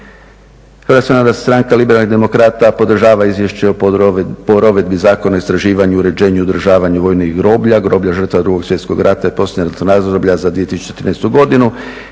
zasluženi pijetet. HNS liberalnih demokrata podržava izvješće o provedbi Zakona o istraživanju, uređenju i održavanju vojnih groblja, groblja žrtava II. Svjetskog rata i poslijeratnog razdoblja za 2013. godinu